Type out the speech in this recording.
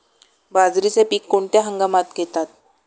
बाजरीचे पीक कोणत्या हंगामात घेतात?